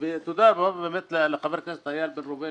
ותודה רבה באמת לחבר הכנסת איל בן ראובן